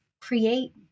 create